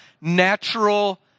natural